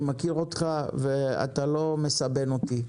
אני מכיר אותך ואתה לא מסבן אותי.